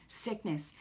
sickness